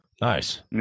Nice